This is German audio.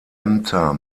ämter